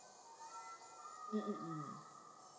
um um um